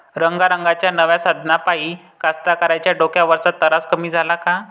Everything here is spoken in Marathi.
रंगारंगाच्या नव्या साधनाइपाई कास्तकाराइच्या डोक्यावरचा तरास कमी झाला का?